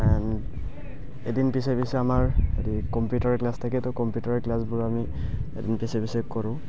এণ এদিন পিছে পিছে আমাৰ হেৰি কম্পিউটাৰ ক্লাছ থাকে তো কম্পিউটাৰ ক্লাছবোৰ আমি এদিন পিছে পিছে কৰোঁ